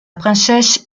princesse